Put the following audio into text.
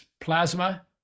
plasma